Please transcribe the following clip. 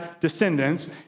descendants